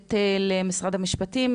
לתת למשרד המשפטים,